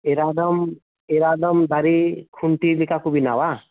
ᱮᱨᱟᱰᱚᱢ ᱮᱨᱟᱰᱚᱢ ᱫᱟᱨᱮ ᱠᱷᱩᱱᱴᱤ ᱞᱮᱠᱟᱠᱚ ᱵᱮᱱᱟᱣᱟ